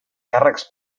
càrrecs